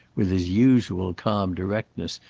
with his usual calm directness,